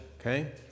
Okay